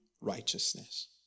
righteousness